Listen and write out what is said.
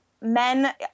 men